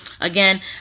Again